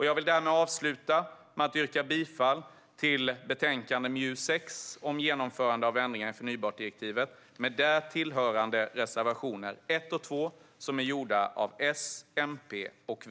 Jag vill avsluta med att yrka bifall till utskottets förslag i betänkande MJU6 om genomförande av ändringar i förnybartdirektivet med tillhörande reservationer 1 och 2 från S, MP och V.